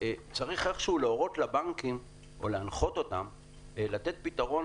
צריך איכשהו להורות לבנקים או להנחות אותם לתת פתרון